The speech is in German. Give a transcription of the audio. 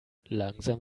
langsam